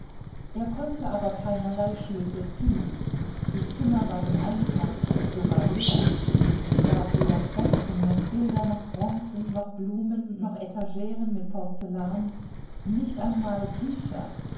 er konnte aber keinerlei schlüsse ziehen die zimmer waren einfach sogar leer es gab weder fresken noch bilder noch bronzen noch blumen noch etageren mit porzellan nicht einmal bücher